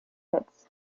hits